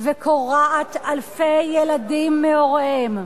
וקורעת אלפי ילדים מהוריהם.